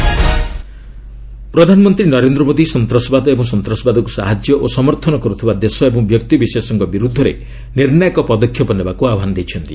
PM howdy Modi ପ୍ରଧାନମନ୍ତ୍ରୀ ନରେନ୍ଦ୍ର ମୋଦି ସନ୍ତାସବାଦ ଏବଂ ସନ୍ତାସବାଦକୁ ସାହାଯ୍ୟ ଓ ସମର୍ଥନ କର୍ତ୍ତିଥିବା ଦେଶ ଏବଂ ବ୍ୟକ୍ତିବିଶେଷଙ୍କ ବିରୃଦ୍ଧରେ ନିର୍ଣ୍ଣାୟକ ପଦକ୍ଷେପ ନେବାକୁ ଆହ୍ୱାନ ଦେଇଛନ୍ତି